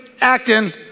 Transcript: acting